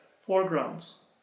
foregrounds